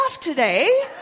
today